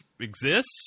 exists